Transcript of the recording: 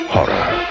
Horror